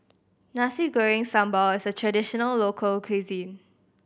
Nasi Goreng Sambal is a traditional local cuisine